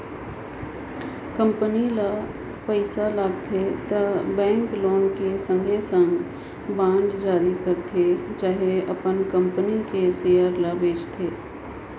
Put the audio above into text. company ल पइसा लागथे त बेंक लोन कर संघे संघे बांड जारी करथे चहे अपन कंपनी कर सेयर ल बेंचथे